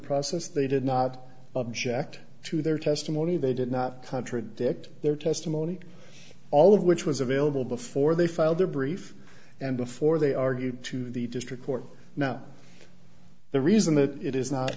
process they did not object to their testimony they did not contradict their testimony all of which was available before they filed their brief and before they argue to the district court now the reason that it is not